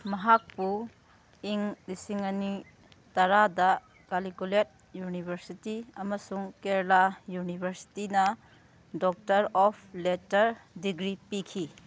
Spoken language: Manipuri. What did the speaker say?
ꯃꯍꯥꯏꯄꯨ ꯏꯪ ꯂꯤꯁꯤꯡ ꯑꯅꯤ ꯇꯔꯥꯗ ꯀꯥꯜꯂꯤꯀꯨꯂꯦꯠ ꯌꯨꯅꯤꯕꯔꯁꯤꯇꯤ ꯑꯃꯁꯨꯡ ꯀꯦꯔꯂꯥ ꯌꯨꯅꯤꯕꯔꯁꯤꯇꯤꯅ ꯗꯣꯛꯇꯔ ꯑꯣꯐ ꯂꯦꯠꯇꯔ ꯗꯤꯒ꯭ꯔꯤ ꯄꯤꯈꯤ